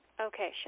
Okay